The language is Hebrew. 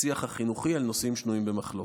השיח החינוכי על נושאים שנויים במחלוקת,